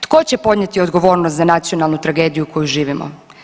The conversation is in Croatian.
Tko će podnijeti odgovornost za nacionalnu tragediju koju živimo?